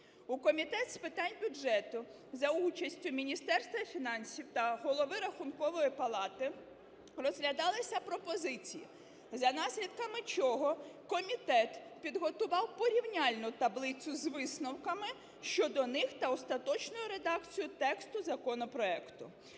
У Комітеті з питань бюджету за участю Міністерства фінансів та голови Рахункової палати розглядалися пропозиції, за наслідками чого комітет підготував порівняльну таблицю з висновками щодо них та остаточної редакції тексту законопроекту.